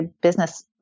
business